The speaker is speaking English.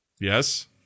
Yes